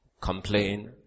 complain